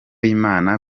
imana